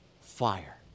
fire